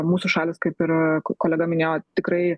mūsų šalys kaip ir kolega minėjo tikrai